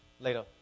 later